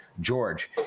George